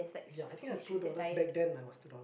ya I think like two dollars back then like was two dollars